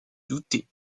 douter